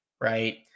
right